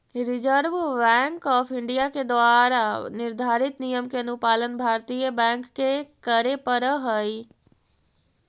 reserve bank of India के द्वारा निर्धारित नियम के अनुपालन भारतीय बैंक के करे पड़ऽ हइ